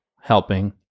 helping